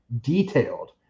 detailed